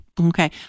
okay